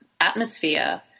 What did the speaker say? atmosphere